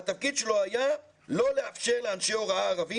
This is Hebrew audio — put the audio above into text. והתפקיד שלו היה לא לאפשר לאנשי הוראה ערבים